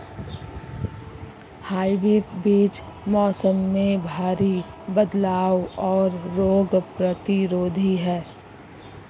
hybrid बीज मौसम में भारी बदलाव और रोग प्रतिरोधी हैं